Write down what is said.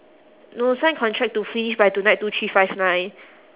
no sign contract to finish by tonight two three five nine